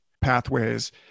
pathways